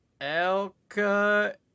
Elka